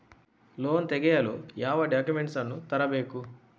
Loan ತೆಗೆಯಲು ಯಾವ documents ಅನ್ನು ತರಬೇಕು?